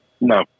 No